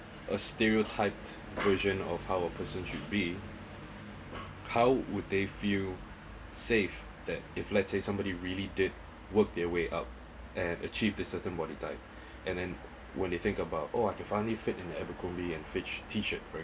a stereotyped version of how a person should be how would they feel safe that if let's say somebody really did work their way up and achieve the certain body type and then when they think about oh I can finally fit and abercrombie and fitch t shirt for